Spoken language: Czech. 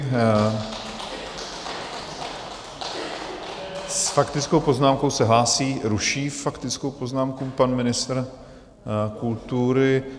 S faktickou poznámkou se hlásí, ruší faktickou poznámku pan ministr kultury.